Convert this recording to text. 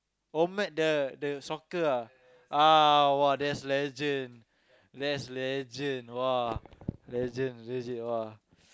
oh met the the soccer ah !wah! that's legend that's legend !wah! legend legit